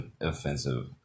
offensive